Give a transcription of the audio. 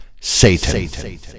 Satan